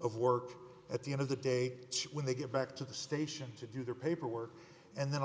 of work at the end of the day when they get back to the station to do their paperwork and then